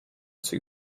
too